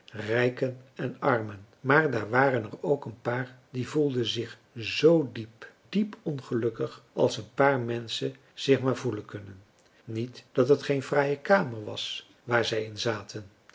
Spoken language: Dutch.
rijken en armen maar daar waren er ook een paar die voelden zich zoo diep diep ongelukkig als een paar menschen zich maar voelen kunnen niet dat het geen fraaie kamer was waar zij in zaten